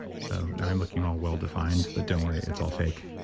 so i'm looking all well-defined, but don't worry, it's all fake.